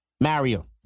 Mario